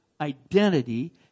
identity